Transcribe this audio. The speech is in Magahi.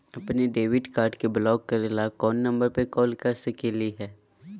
अपन डेबिट कार्ड के ब्लॉक करे ला कौन नंबर पे कॉल कर सकली हई?